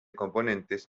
componentes